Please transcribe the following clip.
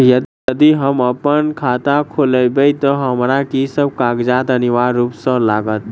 यदि हम अप्पन खाता खोलेबै तऽ हमरा की सब कागजात अनिवार्य रूप सँ लागत?